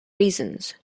reasons